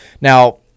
Now